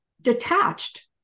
detached